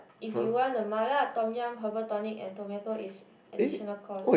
if you want the Mala Tom-yum Herbal tonic and tomato it's additional cost